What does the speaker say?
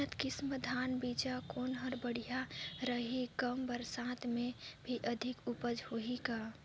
उन्नत किसम धान बीजा कौन हर बढ़िया रही? कम बरसात मे भी अधिक उपज होही का?